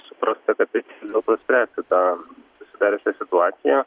suprasta kad reiks vis dėlto spręsti tą susidariusią situaciją